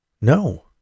No